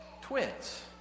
twins